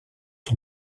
son